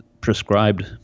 prescribed